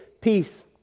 peace